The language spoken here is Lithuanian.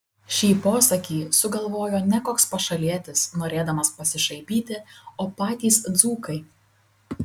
šį posakį sugalvojo ne koks pašalietis norėdamas pasišaipyti o patys dzūkai